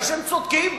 הם צודקים,